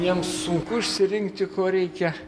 jiem sunku išsirinkti ko reikia